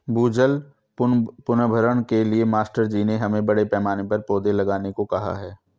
भूजल पुनर्भरण के लिए मास्टर जी ने हमें बड़े पैमाने पर पौधे लगाने को कहा है